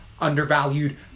undervalued